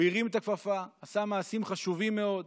הוא הרים את הכפפה, עשה מעשים חשובים מאוד,